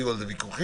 היו על זה ויכוחים,